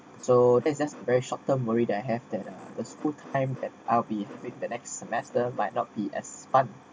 so that's just very short term worry that have them as full time at I'll be the next semester might not be as fun